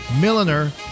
Milliner